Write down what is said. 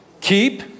keep